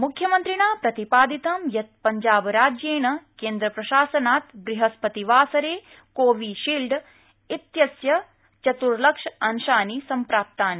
मुख्यमन्त्रिणा प्रतिपादित यत् पंजाबराज्यर क्रिच्चिप्रशासनात् बृहस्पतिवासर क्रीवि शील्ड इत्यस्य चतुर्लक्ष अंशानि सम्प्राप्तानि